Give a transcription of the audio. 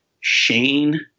Shane